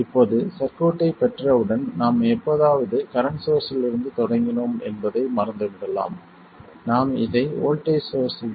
இப்போது சர்க்யூட்டைப் பெற்றவுடன் நாம் எப்போதாவது கரண்ட் சோர்ஸ்ஸிலிருந்து தொடங்கினோம் என்பதை மறந்துவிடலாம் நாம் இதை வோல்ட்டேஜ் சோர்ஸ் Vi